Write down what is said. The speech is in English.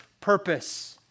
purpose